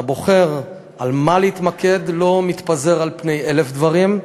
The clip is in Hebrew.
אתה בוחר במה להתמקד, לא מתפזר על פני אלף דברים.